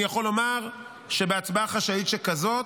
אני יכול לומר שבהצבעה חשאית שכזאת,